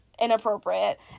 inappropriate